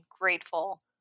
grateful